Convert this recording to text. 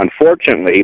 unfortunately